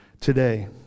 today